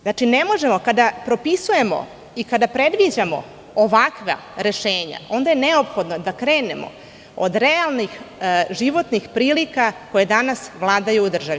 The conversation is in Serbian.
Znači, kada propisujemo i kada predviđamo ovakva rešenja, onda je neophodno da krenemo od realnih životnih prilika koje danas vladaju u državi.